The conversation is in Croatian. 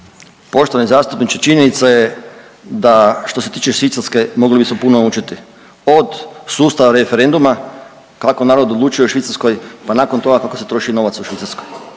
Poštovani zastupniče činjenica je da što se tiče Švicarske mogli bismo puno učiti od sustava referenduma kako narod odlučuje u Švicarskoj pa nakon toga kako se troši novac u Švicarskoj.